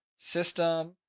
system